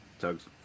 tugs